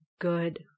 good